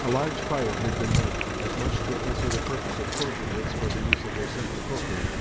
a large fire had been made, as much to answer the purpose of torches as for the use of their simple cookery